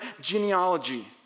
genealogy